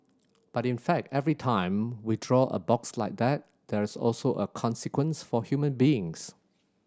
but in fact every time we draw a box like that there is also a consequence for human beings